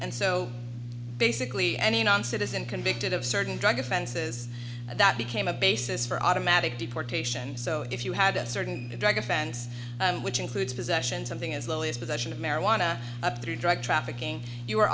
and so basically any non citizen convicted of certain drug offenses and that became a basis for automatic deportation so if you had a certain drug offense which includes possession something as low as possession of marijuana up through drug trafficking you are